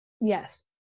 yes